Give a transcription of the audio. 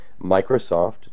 Microsoft